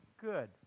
Good